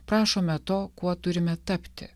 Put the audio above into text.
prašome to kuo turime tapti